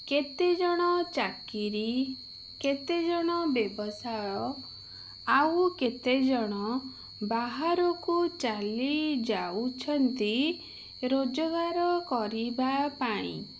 କେତେଜଣ ଚାକିରୀ କେତେଜଣ ବ୍ୟବସାୟ ଆଉ କେତେଜଣ ବାହାରକୁ ଚାଲି ଯାଉଛନ୍ତି ରୋଜଗାର କରିବା ପାଇଁ